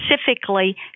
specifically